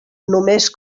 només